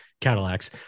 Cadillacs